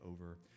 over